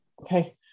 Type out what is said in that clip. Okay